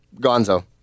gonzo